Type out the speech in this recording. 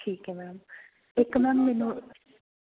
ਠੀਕ ਹੈ ਮੈਮ ਇੱਕ ਮੈਮ ਮੈਨੂੰ